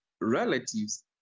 relatives